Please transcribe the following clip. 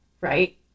right